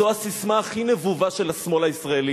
זאת הססמה הכי נבובה של השמאל הישראלי.